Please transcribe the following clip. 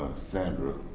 sandra